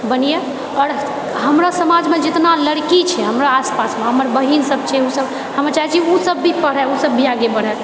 आओर हमरा समाजमे जितना लड़की छै हमरा आसपासमे हमर बहिन सबछै ओ सब हमे चाहैत छी ओ सब भी पढ़ै ओ सब भी आगे बढ़ै